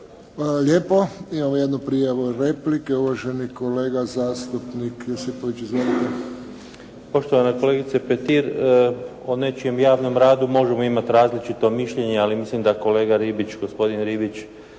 lijepo. Imamo jednu prijavu replike, uvaženi kolega zastupnik Josipović. Izvolite. **Josipović, Ivo (SDP)** Poštovana kolegice Petir, o nečijem javnom radu možemo imati različito mišljenje ali mislim da kolega Ribić, gospodin Ribić